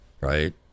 right